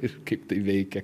ir kaip veikia